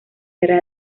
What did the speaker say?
hará